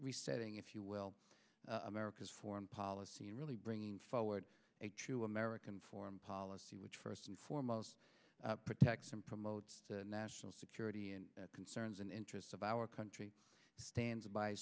resetting if you will america's foreign policy and really bringing forward a true american foreign policy which first and foremost protect and promote national security concerns and interests of our country stands by